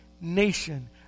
nation